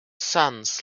sons